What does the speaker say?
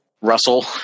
Russell